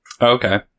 Okay